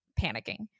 panicking